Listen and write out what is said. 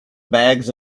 bags